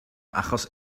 achos